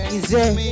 Easy